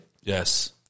Yes